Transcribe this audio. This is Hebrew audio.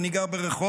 אני גר ברחובות,